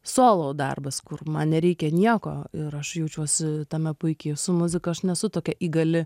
solo darbas kur man nereikia nieko ir aš jaučiuosi tame puikiai su muzika aš nesu tokia įgali